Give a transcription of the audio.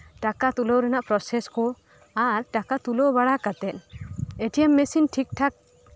ᱴᱟᱠᱟ ᱛᱩᱞᱟᱹᱣ ᱨᱮᱭᱟᱜ ᱯᱨᱚᱥᱮᱥ ᱠᱚ ᱟᱨ ᱴᱟᱠᱟ ᱛᱩᱞᱟᱹᱣ ᱵᱟᱲᱟ ᱠᱟᱛᱮᱫ ᱮ ᱴᱤ ᱮᱢ ᱢᱮᱥᱤᱱ ᱴᱷᱤᱠ ᱴᱷᱟᱠ